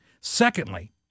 Secondly